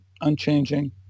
unchanging